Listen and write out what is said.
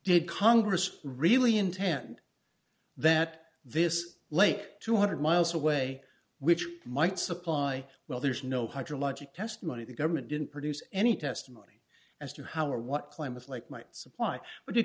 did congress really intend that this lake two hundred miles away which might supply well there's no hydrologic testimony the government didn't produce any testimony as to how or what climate like might supply but